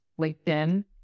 LinkedIn